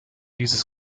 dieses